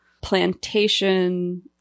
plantation